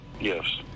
Yes